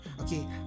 Okay